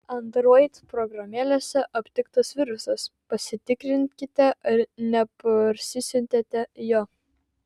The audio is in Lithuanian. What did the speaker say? android programėlėse aptiktas virusas pasitikrinkite ar neparsisiuntėte jo